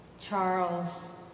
Charles